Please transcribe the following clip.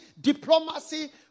diplomacy